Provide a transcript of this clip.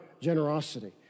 generosity